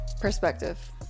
Perspective